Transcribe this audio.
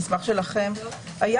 במסמך שלכם, היה